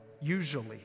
usually